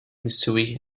missouri